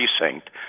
precinct